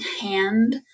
hand